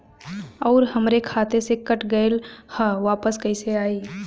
आऊर हमरे खाते से कट गैल ह वापस कैसे आई?